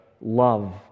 love